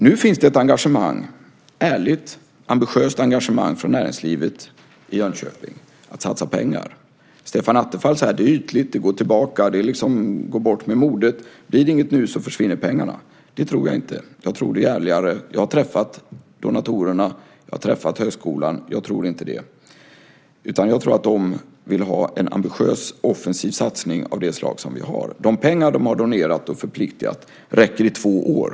Nu finns det ett engagemang som är ärligt och ambitiöst från näringslivet i att satsa pengar. Stefan Attefall säger att det är ytligt och att det går tillbaka och att det går bort med modet. Om det inte blir något nu försvinner pengarna, säger han. Det tror jag inte. Jag tror att det är ärligare än så. Jag har träffat donatorerna och jag har träffat högskolan. Jag tror inte att det är så. Jag tror i stället att man vill ha en ambitiös, offensiv satsning av det slag som vi har. De pengar som man har donerat och förpliktigat räcker i två år.